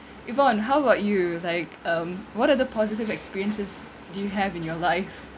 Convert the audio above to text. yvonne how about you like um what are the positive experiences do you have in your life